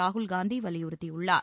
ராகுல் காந்தி வலியுறுத்தியுள்ளார்